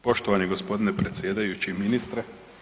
Poštovani gospodine predsjedajući, ministre.